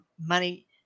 money